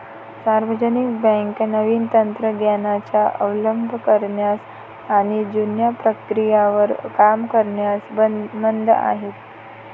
सार्वजनिक बँका नवीन तंत्र ज्ञानाचा अवलंब करण्यास आणि जुन्या प्रक्रियेवर काम करण्यास मंद आहेत